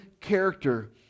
character